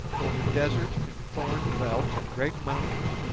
over desert and thorn veldt and great mountains,